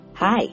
Hi